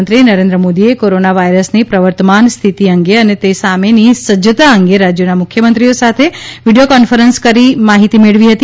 પ્રધાન મંત્રી નરેન્દ્ર મોદી એ કોરોના વાયરસ ની પ્રવર્તમાન સ્થિતિ અંગે અને તે સામે ની સજજતા અંગે રાજ્યોના મુખ્ય મંત્રીઓ સાથે વીડિયો કોન્ફરન્સ કરી માહીતી મેળવી હતી